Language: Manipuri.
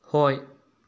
ꯍꯣꯏ